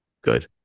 good